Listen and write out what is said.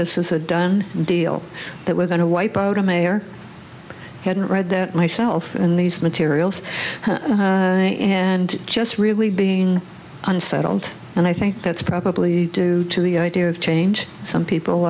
this is a done deal that we're going to wipe out a mayor i hadn't read that myself in these materials and just really being unsettled and i think that's probably due to the idea of change some people